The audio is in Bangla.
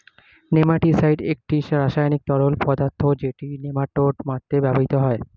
নেমাটিসাইড একটি রাসায়নিক তরল পদার্থ যেটি নেমাটোড মারতে ব্যবহৃত হয়